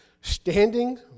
standing